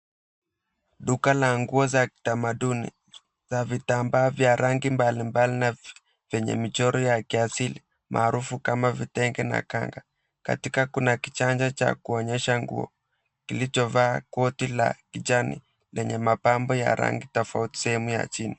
Duka la nguo za kitamaduni na vitambaa vya rangi mbalimbali na vyenye michoro ya kiasili maarufu kama vitenge na kanga katika kuna kichanja cha kuonyesha nguo kilichovaa koti la kijani lenye mapambo ya rangi tofauti sehemu ya chini.